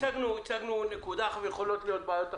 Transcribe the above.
הצגנו נקודה, יכולות להיות בעיות אחרות.